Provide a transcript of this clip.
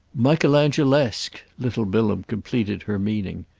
michelangelesque! little bilham completed her meaning.